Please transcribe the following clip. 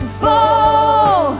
fall